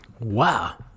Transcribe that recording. Wow